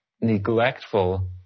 neglectful